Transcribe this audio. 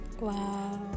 Wow